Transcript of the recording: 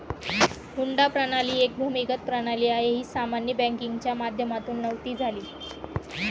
हुंडी प्रणाली एक भूमिगत प्रणाली आहे, ही सामान्य बँकिंगच्या माध्यमातून नव्हती झाली